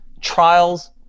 Trials